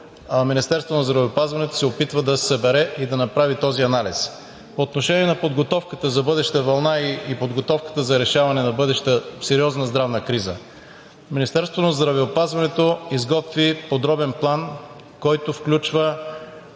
Министерството на здравеопазването се опитва да събере и да направи този анализ. По отношение на подготовката за бъдеща вълна и подготовката за решаване на бъдеща сериозна здравна криза. Министерството на здравеопазването изготви подробен план, който включва